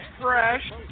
fresh